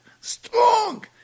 strong